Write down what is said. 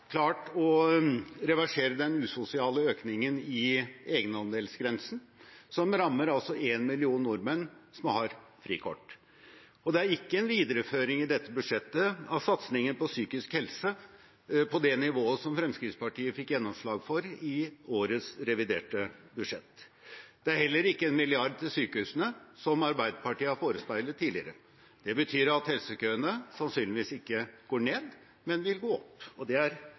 å reversere den usosiale økningen i egenandelsgrensen, som altså rammer en million nordmenn som har frikort. Og det er ikke en videreføring i dette budsjettet av satsingen på psykisk helse på det nivået som Fremskrittspartiet fikk gjennomslag for i årets reviderte budsjett. Det er heller ikke 1 mrd. kr til sykehusene, som Arbeiderpartiet har forespeilet tidligere. Det betyr at helsekøene sannsynligvis ikke går ned, men vil gå opp.